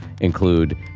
include